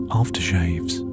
aftershaves